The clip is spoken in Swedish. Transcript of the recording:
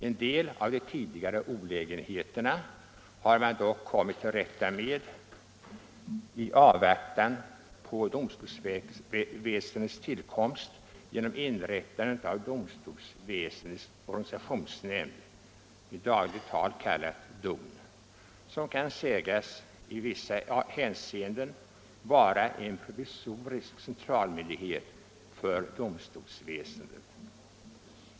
En del av de tidigare olägenheterna har man dock kommit till rätta med i avvaktan på domstolsverkets tillkomst genom inrättandet av domstolsväsendets organisationsnämnd , som kan sägas i vissa hänseenden vara en provisorisk centralmyndighet för domstolsväsendet.